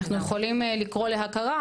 אנחנו יכולים לקרוא להכרה,